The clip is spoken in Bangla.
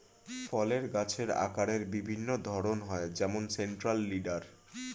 ফলের গাছের আকারের বিভিন্ন ধরন হয় যেমন সেন্ট্রাল লিডার